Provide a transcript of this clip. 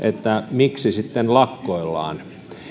miksi sitten lakkoillaan